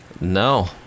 No